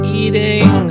eating